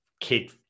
kid